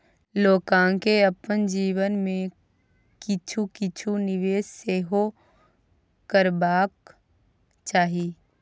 लोककेँ अपन जीवन मे किछु किछु निवेश सेहो करबाक चाही